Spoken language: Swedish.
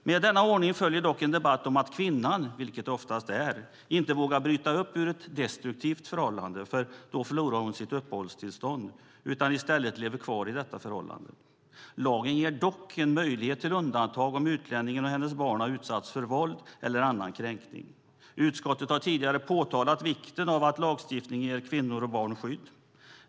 Med denna ordning följer dock en debatt om att kvinnan, vilket det oftast är, inte vågar bryta upp ur ett destruktivt förhållande eftersom hon då förlorar sitt uppehållstillstånd, utan i stället lever kvar i förhållandet. Lagen ger dock en möjlighet till undantag om utlänningen eller hennes barn har utsatts för våld eller annan kränkning. Utskottet har tidigare påtalat vikten av att lagstiftningen ger kvinnor och barn skydd.